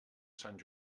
sant